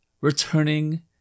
returning